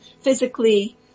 physically